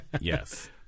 Yes